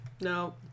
no